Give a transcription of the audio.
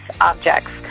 objects